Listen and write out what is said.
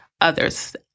others